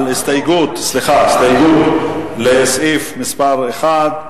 על ההסתייגות לסעיף מס' 1,